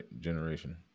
generation